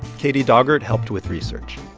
katie daugert helped with research.